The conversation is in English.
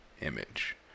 image